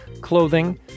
clothing